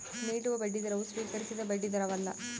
ನೀಡುವ ಬಡ್ಡಿದರವು ಸ್ವೀಕರಿಸಿದ ಬಡ್ಡಿದರವಲ್ಲ